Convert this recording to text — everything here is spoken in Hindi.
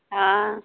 हाँ